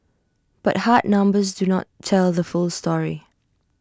but hard numbers do not tell the full story